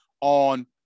on